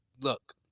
look